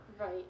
Right